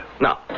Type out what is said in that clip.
Now